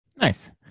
Nice